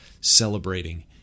celebrating